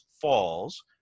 Falls